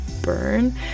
burn